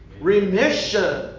remission